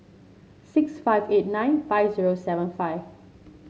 six five eight nine five zero seven five